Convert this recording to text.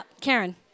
Karen